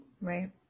right